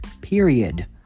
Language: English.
period